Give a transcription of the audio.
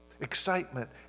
Excitement